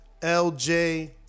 LJ